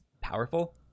powerful